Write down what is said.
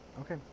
okay